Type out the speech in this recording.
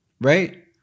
right